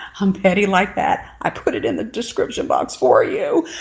i'm petty like that. i put it in the description box for you